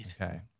Okay